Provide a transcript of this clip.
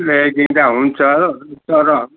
ल्याइदिँदा हुन्छ तर